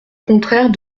contraire